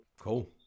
Cool